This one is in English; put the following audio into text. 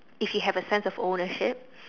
if you have a sense of ownership